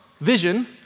vision